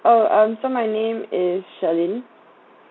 oh um so my name is sherlyn